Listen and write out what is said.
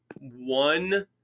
one